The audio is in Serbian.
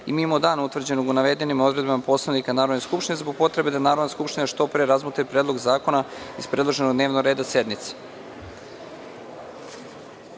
i mimo dana utvrđenog u navedenim odredbama Poslovnika Narodne skupštine, zbog potrebe da Narodna skupština što pre razmotri Predlog zakona iz predloženog dnevnog reda sednice. Saglasno